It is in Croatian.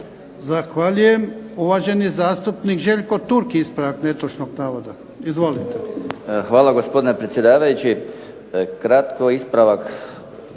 Zahvaljujem. Uvaženi zastupnik Željko Turk, ispravak netočnog navoda. **Turk, Željko (HDZ)** Hvala gospodine predsjedavajući. Kratko, ispravak